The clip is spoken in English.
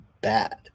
bad